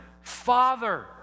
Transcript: father